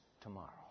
tomorrow